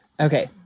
Okay